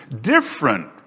different